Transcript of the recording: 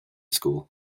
school